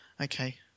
Okay